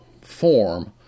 form